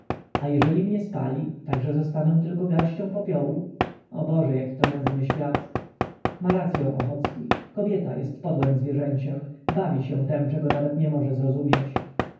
a jeżeli mnie spali tak że zostanę tylko garścią popiołu o boże jaki to nędzny świat ma racyą ochocki kobieta jest podłem zwierzęciem bawi się tem czego nawet nie może zrozumieć